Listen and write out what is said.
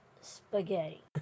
spaghetti